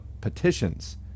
petitions